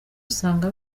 usanga